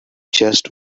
just